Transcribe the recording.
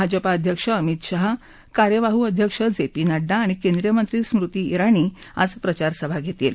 भाजपाध्यक्ष अमीत शहा कार्यवाहू अध्यक्ष जे पी नङ्डा आणि केंद्रीय मंत्री स्मृती ज्ञाणी आज प्रचारसभा घेतील